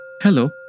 Hello